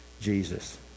Jesus